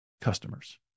customers